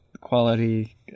quality